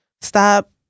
stop